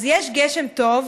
אז יש גשם טוב.